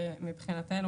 ומבחינתנו,